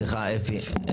סליחה, אפי.